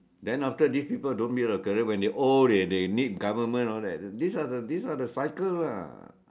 then after this people don't build a career when they old they they need government all that this are the this are the cycle lah